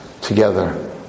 together